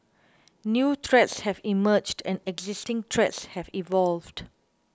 new threats have emerged and existing threats have evolved